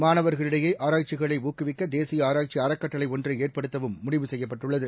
மாணவர்களிடையே ஆராய்ச்சிகளை ஊக்குவிக்க தேசிய ஆராய்ச்சி அறக்கட்டளை ஒன்றை ஏற்படுத்தவும் முடிவு செய்யப்பட்டுள்ளது